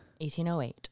1808